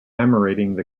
killing